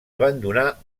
abandonà